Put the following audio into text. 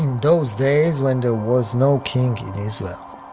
those days, when there was no king in israel.